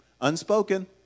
unspoken